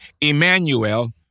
emmanuel